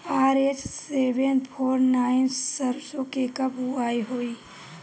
RH seven four nine सरसो के कब बुआई होई?